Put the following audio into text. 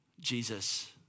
Jesus